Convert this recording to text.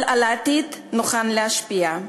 אבל על העתיד נוכל להשפיע.